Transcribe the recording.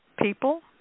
people